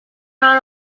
out